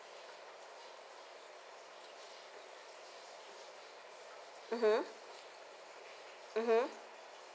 mmhmm